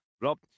Rob